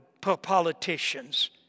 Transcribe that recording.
politicians